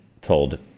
told